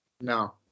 No